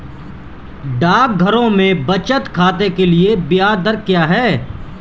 डाकघरों में बचत खाते के लिए ब्याज दर क्या है?